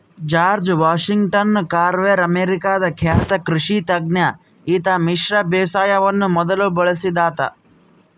George Washington Carver ಅಮೇರಿಕಾದ ಖ್ಯಾತ ಕೃಷಿ ತಜ್ಞ ಈತ ಮಿಶ್ರ ಬೇಸಾಯವನ್ನು ಮೊದಲು ಬಳಸಿದಾತ